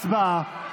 הצבעה.